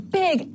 big